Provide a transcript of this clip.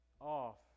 off